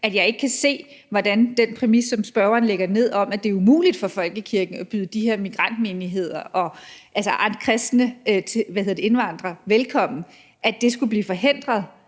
at jeg ikke kan se det ud fra den præmis, som spørgeren har sat, om, at det er umuligt for folkekirken at byde de her migrantmenigheder og andre kristne indvandrere velkommen, altså at det skulle blive forhindret